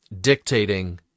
Dictating